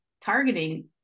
targeting